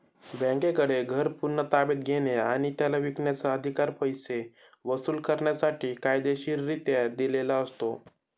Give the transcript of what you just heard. बँकेकडे घर पुन्हा ताब्यात घेणे आणि त्याला विकण्याचा, अधिकार पैसे वसूल करण्यासाठी कायदेशीररित्या दिलेला असतो